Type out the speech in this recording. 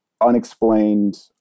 unexplained